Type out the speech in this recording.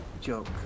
joke